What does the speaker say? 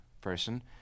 person